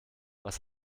was